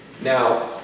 Now